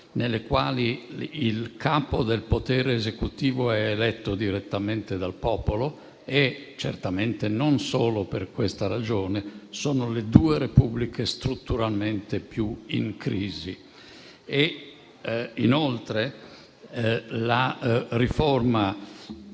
nelle quali il capo del potere esecutivo è eletto direttamente dal popolo e - certamente non solo per questa ragione -sono le due repubbliche strutturalmente più in crisi. Inoltre, la riforma